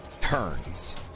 turns